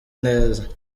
neza